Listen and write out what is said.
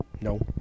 no